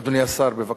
אדוני השר, בבקשה.